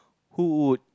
who would